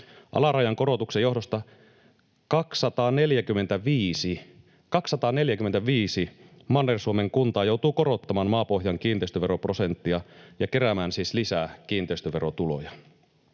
Alarajan korotuksen johdosta 245 Manner-Suomen kuntaa joutuu korottamaan maapohjan kiinteistöveroprosenttia ja keräämään siis lisää kiinteistöverotuloja.